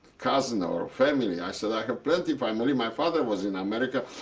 cousin or family. i said, i have plenty family. my father was in america.